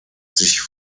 sich